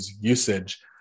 usage